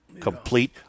Complete